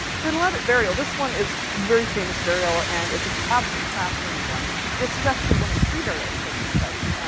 for an elaborate burial, this one is a very famous burial and it's an absolutely fascinating one. this is actually one of three burials from this site.